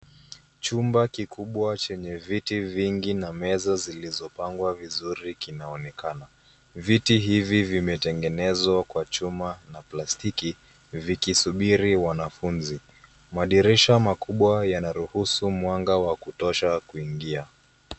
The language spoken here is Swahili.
Chumba kikubwa chenye viti vingi na meza zilizopangwa vizuri kinaonekana. Viti hivi vimetegenezwa kwa chuma na plastiki vikisubiri wanafunzi. Madirisha makubwa yanaruhusu mwanga wa kutosha kuingia.